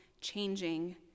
changing